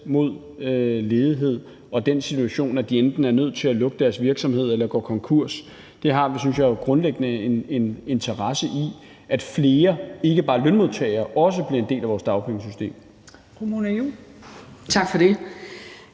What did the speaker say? mod ledighed og den situation, at de enten er nødt til at lukke deres virksomhed eller går konkurs. Jeg synes, at vi grundlæggende har en interesse i, at flere – ikke bare lønmodtagere – bliver en del af vores dagpengesystem.